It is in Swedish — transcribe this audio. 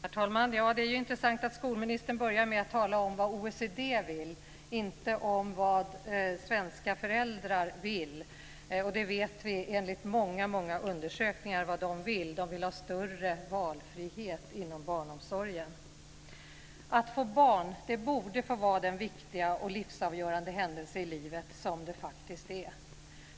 Herr talman! Det är intressant att skolministern börjar med att tala om vad OECD vill, inte om vad svenska föräldrar vill. Vi vet från många undersökningar vad de vill, nämligen ha större valfrihet inom barnomsorgen. Att få barn borde få vara den viktiga och livsavgörande händelse i livet som den faktiskt är.